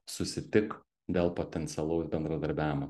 susitik dėl potencialaus bendradarbiavimo